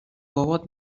بابات